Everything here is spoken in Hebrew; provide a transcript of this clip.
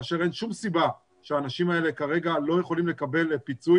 כאשר אין שום סיבה שהאנשים האלה כרגע לא יכולים לקבל פיצוי